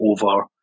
over